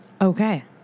Okay